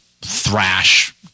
thrash